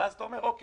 ואז אתה אומר: אוקי,